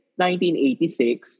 1986